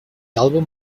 album